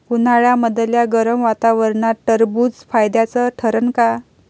उन्हाळ्यामदल्या गरम वातावरनात टरबुज फायद्याचं ठरन का?